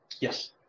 Yes